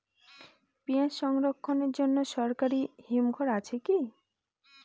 পিয়াজ সংরক্ষণের জন্য সরকারি হিমঘর আছে কি?